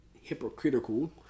hypocritical